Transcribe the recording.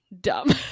dumb